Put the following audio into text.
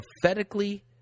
prophetically